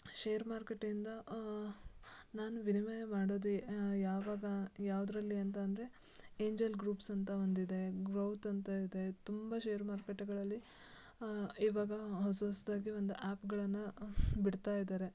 share ಮಾರುಕಟ್ಟೆಯಿಂದ ನಾನು ವಿನಿಮಯ ಮಾಡೋದು ಯಾವಾಗ ಯಾವುದ್ರಲ್ಲಿ ಅಂತ ಅಂದರೆ ಏಂಜಲ್ ಗ್ರೂಪ್ಸ್ ಅಂತ ಒಂದು ಇದೆ ಗ್ರೋತ್ ಅಂತ ಇದೆ ತುಂಬ ಶೇರ್ ಮಾರುಕಟ್ಟೆಗಳಲ್ಲಿ ಇವಾಗ ಹೊಸ ಹೊಸದಾಗಿ ಒಂದು ಆ್ಯಪ್ಗಳನ್ನು ಬಿಡ್ತಾ ಇದ್ದಾರೆ